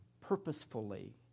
Purposefully